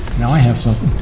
now i have something.